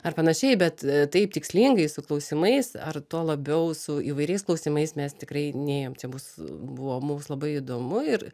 ar panašiai bet taip tikslingai su klausimais ar tuo labiau su įvairiais klausimais mes tikrai nėjom čia bus buvo mums labai įdomu ir